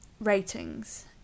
ratings